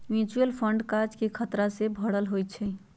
mutual fund काज़ खतरा से भरल होइ छइ